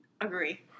Agree